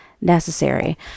necessary